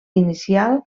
inicial